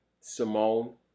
Simone